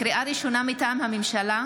לקריאה ראשונה, מטעם הממשלה: